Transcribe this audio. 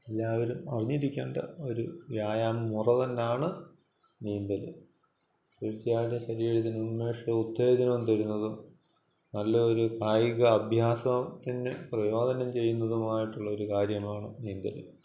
എല്ലാവരും അറിഞ്ഞിരിക്കേണ്ട ഒരു വ്യായാമ മുറ തന്നാണ് നീന്തല് തീർച്ചയായിട്ടും ശരീരത്തിന് ഉന്മേഷവും ഉത്തേജനവും തരുന്നതും നല്ല ഒരു കായികാഭ്യാസത്തിന് പ്രയോജനം ചെയ്യുന്നതുമായിട്ടുള്ള ഒരു കാര്യമാണ് നീന്തല്